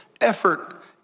effort